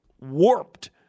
warped